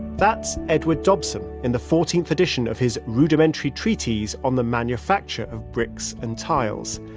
that's edward dobson in the fourteenth edition of his rudimentary treaties on the manufacturer of bricks and tiles.